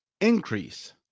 increase